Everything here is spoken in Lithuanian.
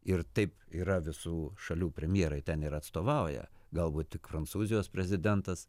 ir taip yra visų šalių premjerai ten ir atstovauja galbūt tik prancūzijos prezidentas